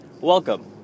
Welcome